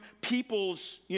people's